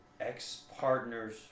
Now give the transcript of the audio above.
Ex-partner's